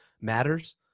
matters